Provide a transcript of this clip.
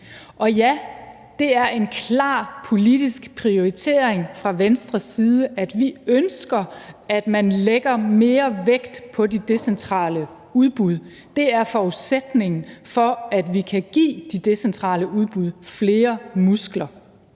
Og ja, det er en klar politisk prioritering fra Venstres side, at vi ønsker, at man lægger mere vægt på de decentrale udbud. Det er forudsætningen for, at vi kan give de decentrale udbud flere muskler.